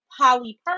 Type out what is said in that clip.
poly